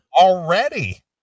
already